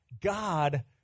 God